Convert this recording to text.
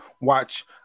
watch